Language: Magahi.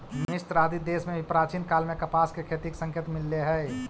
मिस्र आदि देश में भी प्राचीन काल में कपास के खेती के संकेत मिलले हई